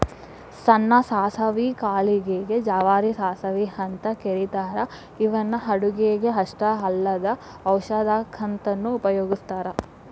ಸಣ್ಣ ಸಾಸವಿ ಕಾಳಿಗೆ ಗೆ ಜವಾರಿ ಸಾಸವಿ ಅಂತ ಕರೇತಾರ ಇವನ್ನ ಅಡುಗಿಗೆ ಅಷ್ಟ ಅಲ್ಲದ ಔಷಧಕ್ಕಂತನು ಉಪಯೋಗಸ್ತಾರ